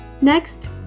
Next